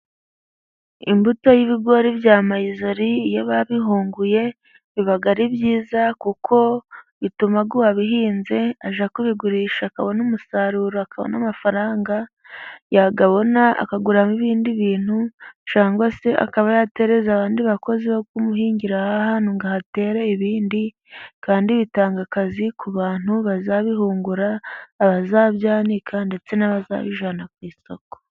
Imbuto y'ibigori bya mayizori iyo babihunguye biba ari byiza kuko bituma uwabihinze ajya kubigurisha akabona umusaruro akabona n'amafaranga yayabona akagura ibindi bintu cyangwa se akaba yatereza n'abandi bakozi bo kumuhingira hahantu ngo ahatere ibindi kandi bitanga akazi ku bantu bazabihungura, abazabyanika ndetse n'abazabijyana ku isoko.